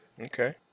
Okay